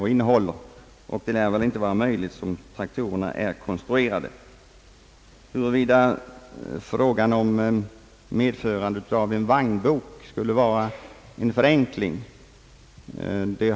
Så som traktorerna är konstruerade lär det inte heller vara möjligt att ordna den saken. Jag har svårt att tänka mig att en föreskrift om medförande av vagnbok skulle betyda en förenkling.